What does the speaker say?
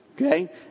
Okay